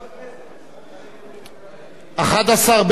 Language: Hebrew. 11 בעד, 42 נגד, אין נמנעים.